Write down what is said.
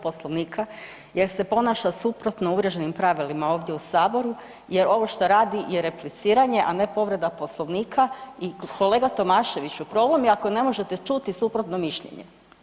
Poslovnika jer se ponaša suprotno uvrježenim pravilima ovdje u Saboru jer ovo što radi je repliciranje, a ne povreda Poslovnika i kolega Tomaševiću, problem je ako ne možete čuti suprotno mišljenje.